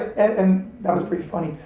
and, that was pretty funny.